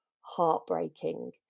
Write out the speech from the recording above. heartbreaking